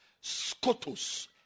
Scotus